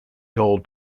gold